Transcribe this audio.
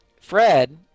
fred